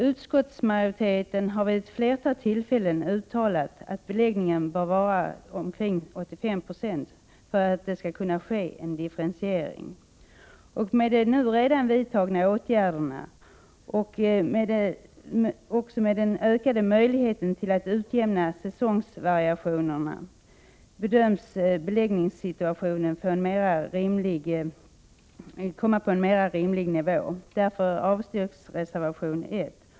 Utskottsmajoriteten har vid ett flertal tillfällen uttalat att beläggningen bör vara omkring 85 90 för att en differentiering skall kunna ske. Med de redan nu vidtagna åtgärderna och med den ökade möjligheten att utjämna säsongvariationerna bedöms beläggningssituationen bli mer rimlig. Därför avstyrks reservation 1.